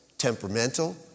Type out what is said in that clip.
temperamental